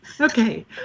Okay